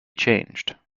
changed